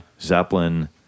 Zeppelin